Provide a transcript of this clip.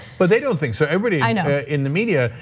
but they don't think so, everybody i know. in the media,